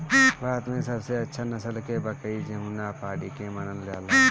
भारत में सबसे अच्छा नसल के बकरी जमुनापारी के मानल जाला